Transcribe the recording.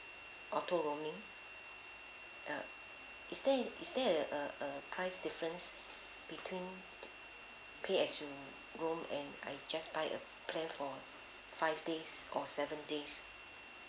auto roaming uh is there is there uh uh price difference between pay as you roam and I just buy a plan for five days or seven days